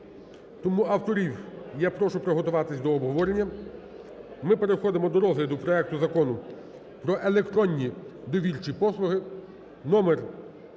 тому авторів я прошу приготуватись до обговорення. Ми переходимо до розгляду проекту Закону про електронні довірчі послуги